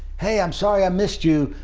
hey, i'm sorry, i missed you.